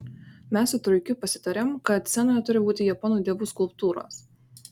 mes su truikiu pasitarėm kad scenoje turi būti japonų dievų skulptūros